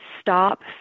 stop